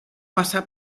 massa